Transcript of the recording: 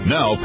Now